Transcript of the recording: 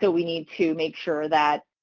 so we need to make sure that